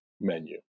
menu